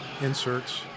inserts